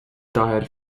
daher